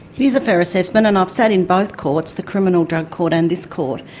it is a fair assessment and i've sat in both courts, the criminal drug court and this court.